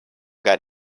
got